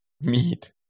meat